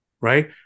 right